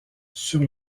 sur